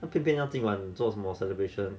偏偏他进来你做什么 celebration